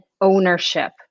ownership